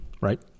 right